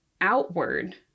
outward